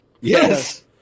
Yes